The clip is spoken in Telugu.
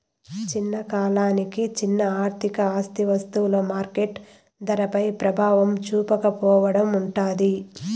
ఒక కాలానికి చిన్న ఆర్థిక ఆస్తి వస్తువులు మార్కెట్ ధరపై ప్రభావం చూపకపోవడం ఉంటాది